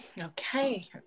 okay